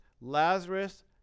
Lazarus